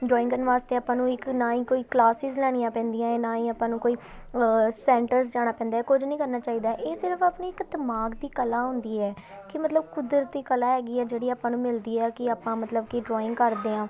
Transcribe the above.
drawing ਕਰਨ ਵਾਸਤੇ ਆਪਾਂ ਨੂੰ ਇੱਕ ਨਾ ਹੀ ਕੋਈ ਕਲਾਸਿਸ ਲੈਣੀਆਂ ਪੈਂਦੀਆਂ ਹੈ ਨਾ ਹੀ ਆਪਾਂ ਨੂੰ ਕੋਈ ਸੈਂਟਰਸ ਜਾਣਾ ਪੈਂਦਾ ਹੈ ਕੁਝ ਨਹੀਂ ਕਰਨਾ ਚਾਹੀਦਾ ਇਹ ਸਿਰਫ਼ ਆਪਣੀ ਇੱਕ ਦਿਮਾਗ ਦੀ ਕਲਾ ਹੁੰਦੀ ਹੈ ਕਿ ਮਤਲਬ ਕੁਦਰਤੀ ਕਲਾ ਹੈਗੀ ਹੈ ਜਿਹੜੀ ਆਪਾਂ ਨੂੰ ਮਿਲਦੀ ਹੈ ਕਿ ਆਪਾਂ ਮਤਲਬ ਕਿ ਡਰੋਇੰਗ ਕਰਦੇ ਹਾਂ